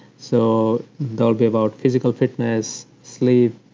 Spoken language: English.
so they'll be about physical fitness, sleep,